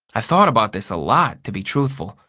i thought about this a lot, to be truthful.